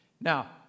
Now